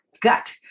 gut